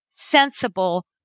sensible